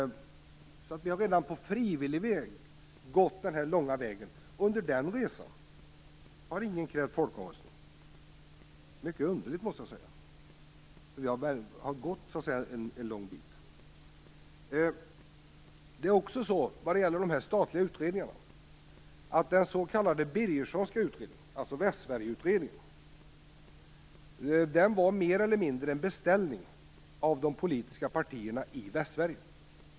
Vi har redan frivilligt gått denna långa väg. Under den resan har ingen krävt folkomröstning. Det är mycket underligt, måste jag säga. Vi har redan gått en lång bit. När det gäller de statliga utredningarna var den s.k. Birgerssonsska utredningen, dvs. Västsverigeutredningen, mer eller mindre en beställning av de politiska partierna i Västsverige.